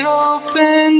open